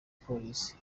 polisi